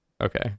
okay